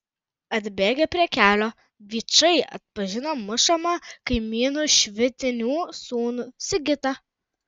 atbėgę prie kelio vyčai atpažino mušamą kaimynu švitinių sūnų sigitą